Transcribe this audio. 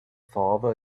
father